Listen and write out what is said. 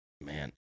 man